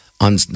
on